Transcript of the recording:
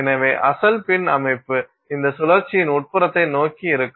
எனவே அசல் பின் அமைப்பு இந்த சுழற்சியின் உட்புறத்தை நோக்கி இருக்கும்